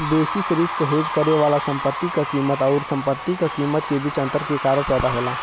basis risk hedge करे वाला संपत्ति क कीमत आउर संपत्ति क कीमत के बीच अंतर के कारण पैदा होला